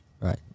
Right